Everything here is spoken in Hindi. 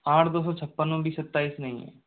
आठ दो छप्पन में अभी सत्ताईस नहीं है